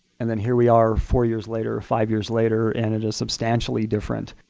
and then here we are four years later, five years later, and it is substantially different.